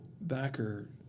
Backer